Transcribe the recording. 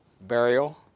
Burial